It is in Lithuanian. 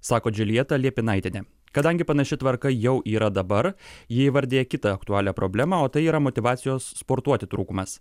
sako džiuljeta liepinaitienė kadangi panaši tvarka jau yra dabar ji įvardija kitą aktualią problemą o tai yra motyvacijos sportuoti trūkumas